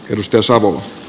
edustusavulla